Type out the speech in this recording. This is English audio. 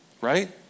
right